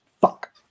Fuck